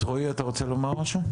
רועי, אתה רוצה להגיד משהו?